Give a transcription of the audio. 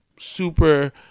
Super